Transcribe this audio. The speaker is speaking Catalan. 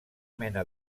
mena